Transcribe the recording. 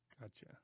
Gotcha